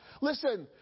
Listen